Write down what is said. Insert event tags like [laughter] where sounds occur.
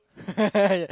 [laughs]